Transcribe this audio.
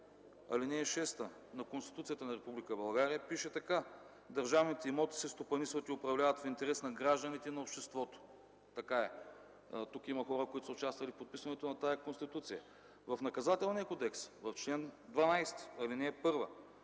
ал. 6 на Конституцията на Република България пише така: „Държавните имоти се стопанисват и управляват в интерес на гражданите и на обществото”. Така е. Тук има хора, които са участвали в подписването на тази Конституция. В Наказателния кодекс, в чл. 12, ал. 1: